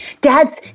Dads